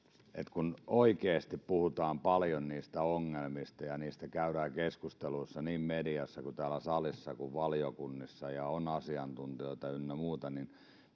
kun oikeasti puhutaan paljon niistä ongelmista ja niistä käydään keskusteluita niin mediassa kuin täällä salissa kuin valiokunnissa ja on asiantuntijoita ynnä muuta niin